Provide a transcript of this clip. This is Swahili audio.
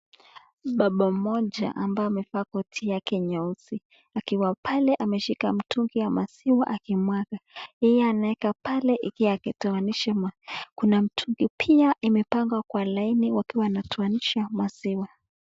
Mbaba mmoja ambaye amevaa koti yake nyeusi, akiwa pale ameshika mtungi ya maziwa akimwaga. Yeye anaweka pale akitoanisha maziwa. Kuna mtungi pia imepangwa kwa laini wakiwa wanatoanisha maziwa.